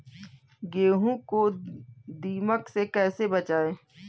गेहूँ को दीमक से कैसे बचाएँ?